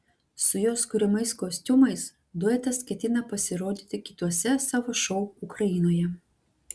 su jos kuriamais kostiumais duetas ketina pasirodyti kituose savo šou ukrainoje